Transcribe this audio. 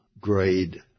grade